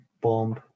bomb